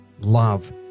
love